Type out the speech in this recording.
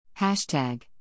hashtag